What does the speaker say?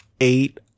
eight